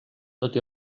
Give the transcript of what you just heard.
tot